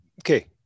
Okay